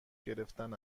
گرفتن